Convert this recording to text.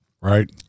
Right